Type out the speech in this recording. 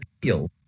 appeal